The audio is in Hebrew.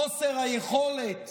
חוסר היכולת